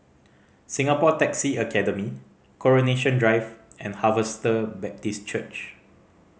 Singapore Taxi Academy Coronation Drive and Harvester Baptist Church